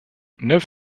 neuf